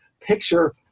picture